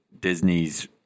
Disney's